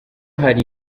hari